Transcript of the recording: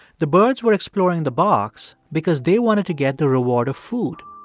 the birds were exploring the box because they wanted to get the reward of food.